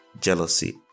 jealousy